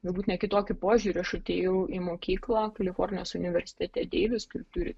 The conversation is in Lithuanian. galbūt ne kitokį požiūrį aš atėjau į mokyklą kalifornijos universitete deivis kuri turi